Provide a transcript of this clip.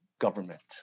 government